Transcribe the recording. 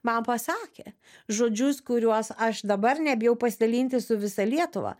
man pasakė žodžius kuriuos aš dabar nebijau pasidalinti su visa lietuva